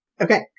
Okay